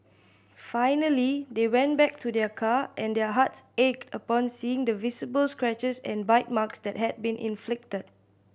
finally they went back to their car and their hearts ached upon seeing the visible scratches and bite marks that had been inflicted